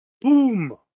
Boom